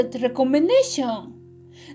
recommendation